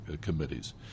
committees